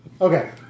Okay